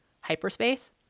hyperspace